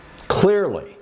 clearly